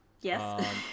Yes